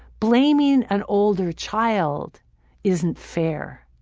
blaming an older child isn't fair.